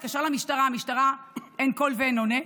היא התקשרה למשטרה, המשטרה, אין קול ואין עונה.